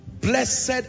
Blessed